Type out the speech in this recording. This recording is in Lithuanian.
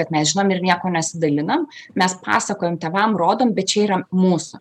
kad mes žinom ir niekuo nesidalinam mes pasakojam tėvam rodom bet čia yra mūsų